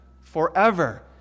forever